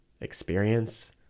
Experience